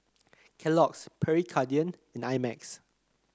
Kellogg's Pierre Cardin and I Max